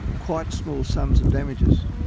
quite small sums of damages.